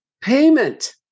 payment